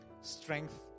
strength